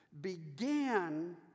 began